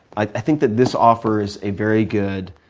i think that this offers a very good